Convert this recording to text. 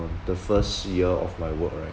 um the first year of my work right